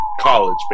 college